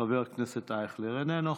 חבר הכנסת אייכלר, איננו.